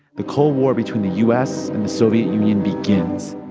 the cold war between the u s. and the soviet union begins